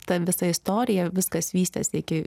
ta visa istorija viskas vystėsi iki